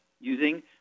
Using